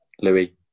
Louis